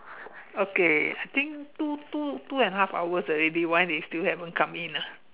okay I think two two two and a half hours already why they still haven't come in ah